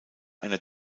einer